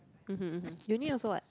mmhmm mmhmm uni also what